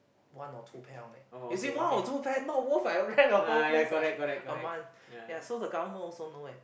one or two pair only you see one or two pair not worth I rent the whole place like a month so the government also know that